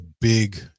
big